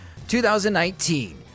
2019